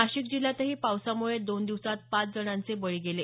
नाशिक जिल्ह्यातही पावसामुळे दोन दिवसात पाच जणांचे बळी गेले